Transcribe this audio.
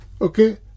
okay